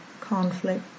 conflict